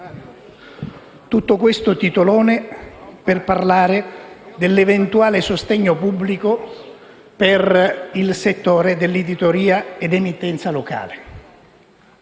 tutto questo titolone per parlare dell'eventuale sostegno pubblico per il settore dell'editoria e dell'emittenza locale.